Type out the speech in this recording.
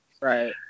right